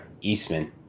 eastman